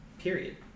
Period